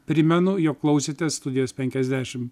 primenu jog klausėte studijos penkiasdešimt